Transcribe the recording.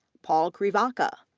paul krivacka,